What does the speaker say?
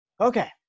Okay